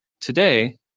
Today